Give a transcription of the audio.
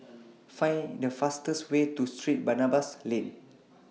Find The fastest Way to St Barnabas Lane